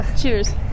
Cheers